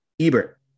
Ebert